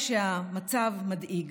לבד,